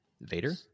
Vader